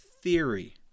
theory